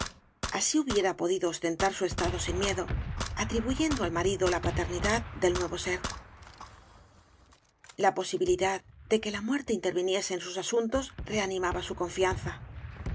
así hubiera gañas y barro podido ostentar bu estado ein miedo atribuyendo al marido la paternidad del nuevo ber la posibilidad de que la muerte interviniese en sus asuntos reanimaba bu conflacza